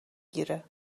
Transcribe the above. گیره